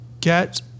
get